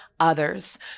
others